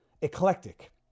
eclectic